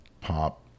pop